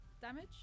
damage